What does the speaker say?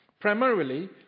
Primarily